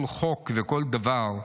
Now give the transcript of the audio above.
כל חוק וכל דבר,